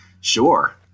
Sure